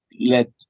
let